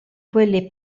quelli